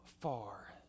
far